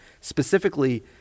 specifically